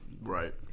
Right